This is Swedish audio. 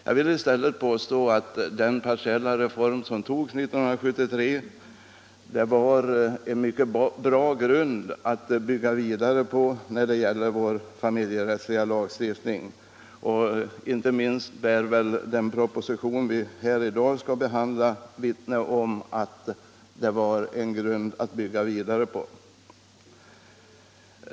Jag vill i stället påstå att den partiella reform som togs 1973 var en mycket bra grund att bygga vidare på när det gäller vår familjerättsliga lagstiftning — inte minst bär väl den proposition vi i dag skall behandla vittnesbörd om att den var en bra grund.